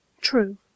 true